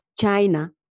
China